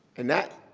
and that.